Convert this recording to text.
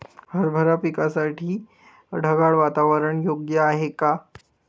हरभरा पिकासाठी ढगाळ वातावरण योग्य आहे का?